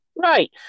Right